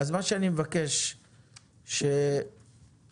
אני מבקש שיוצג